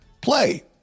Play